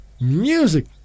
Music